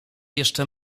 jeszcze